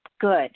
Good